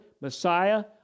Messiah